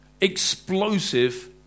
explosive